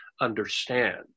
understand